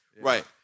Right